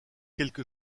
quelque